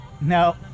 No